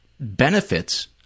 Benefits